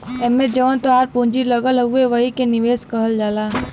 एम्मे जवन तोहार पूँजी लगल हउवे वही के निवेश कहल जाला